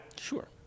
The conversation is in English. Sure